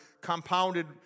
compounded